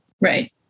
Right